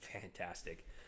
fantastic